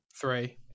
Three